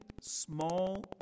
small